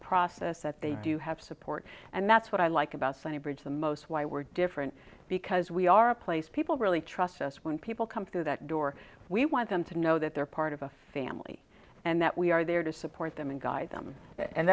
process that they do have support and that's what i like about sunday bridge the most why we're different because we are a place people really trust us when people come through that door we want them to know that they're part of a family and that we are there to support them and guide them and